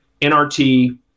NRT